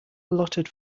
allotted